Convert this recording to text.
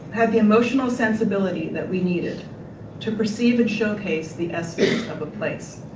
had the emotional sensibility that we needed to perceive and showcase the essence of a place.